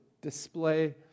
display